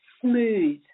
smooth